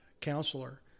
counselor